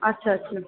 আচ্ছা আচ্ছা